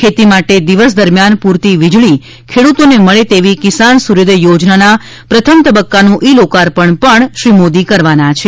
ખેતી માટે દિવસ દરમ્યાન પૂરતી વીજળી ખેડૂતોને મળે તેવી કિસાન સૂર્યોદથ યોજના ના પ્રથમ તબક્કાનું ઈ લોકાર્પણ શ્રી મોદી કરવાના છે